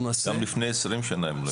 נעשה --- גם לפני 20 שנה הם לא התייחסו.